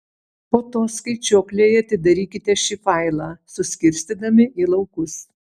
po to skaičiuoklėje atidarykite šį failą suskirstydami į laukus